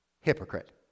hypocrite